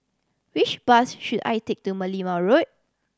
which bus should I take to Merlimau Road